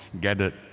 gathered